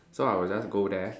so I will just go there